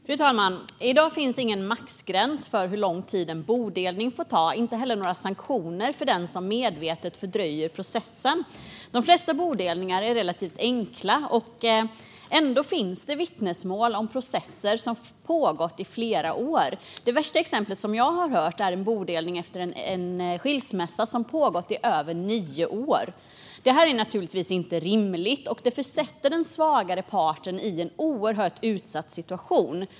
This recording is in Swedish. Fru talman! I dag finns det ingen maxgräns för hur lång tid en bodelning får ta. Det finns inte heller några sanktioner att ta till mot den som medvetet fördröjer processen. De flesta bodelningar är relativt enkla. Ändå finns det vittnesmål om processer som har pågått i flera år. Det värsta exemplet jag har hört är en bodelning efter en skilsmässa som har pågått i över nio år. Det är naturligtvis inte rimligt. Det försätter också den svagare parten i en oerhört utsatt situation.